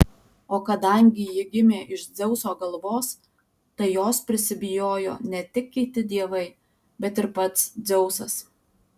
o kadangi ji gimė iš dzeuso galvos tai jos prisibijojo ne tik kiti dievai bet ir pats dzeusas